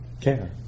care